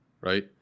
right